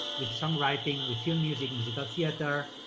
with songwriting, with your music, musical theater,